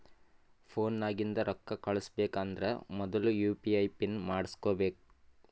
phone ನಾಗಿಂದೆ ರೊಕ್ಕಾ ಕಳುಸ್ಬೇಕ್ ಅಂದರ್ ಮೊದುಲ ಯು ಪಿ ಐ ಪಿನ್ ಮಾಡ್ಕೋಬೇಕ್